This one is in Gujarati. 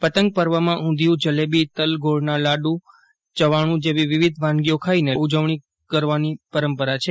પતંગ પર્વમાં ઉદ્ઘિયુ જલેબી તલ ગોળના લાડુ ચવાણું જેવી વિવિદ્ય વાનગીઓ ખાઇને લોકો ઉજવણી કરવાની પરંપરા છે